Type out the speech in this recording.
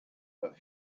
but